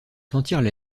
sentirent